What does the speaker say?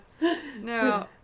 No